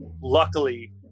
luckily